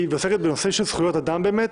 היא מתעסקת בחוקים של זכויות אדם באמת